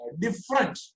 different